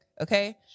okay